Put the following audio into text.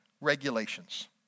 regulations